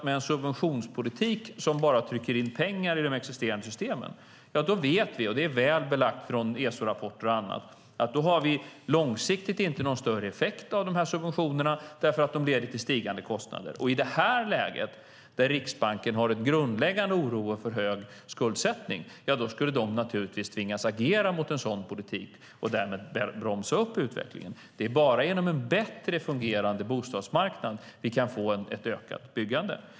Med en subventionspolitik som bara trycker in pengar i de existerande systemen vet vi - det är väl belagt från ESO-rapporter och annat - att vi långsiktigt inte får någon större effekt av subventionerna eftersom de leder till stigande kostnader. I det här läget, där Riksbanken har en grundläggande oro om för hög skuldsättning, skulle de naturligtvis tvingas agera mot en sådan politik och därmed bromsa upp utvecklingen. Det är bara genom en bättre fungerande bostadsmarknad som vi kan få ett ökat byggande.